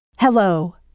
Hello